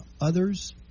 others